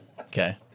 Okay